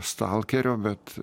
stalkerio bet